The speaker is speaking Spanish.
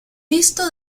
visto